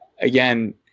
again